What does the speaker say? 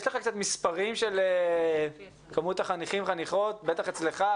יש לך קצת מספרים לגבי כמות החניכים והחניכות בטח אצלך,